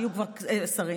כשיהיו כבר שרים,